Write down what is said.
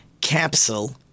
capsule